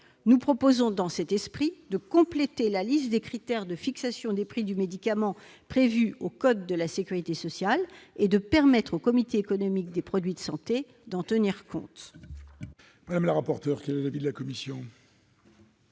Nous suggérons, dans cet esprit, de compléter la liste des critères pour la fixation des prix des médicaments prévue au code de la sécurité sociale et de permettre au Comité économique des produits de santé d'en tenir compte. Quel est l'avis de la commission ?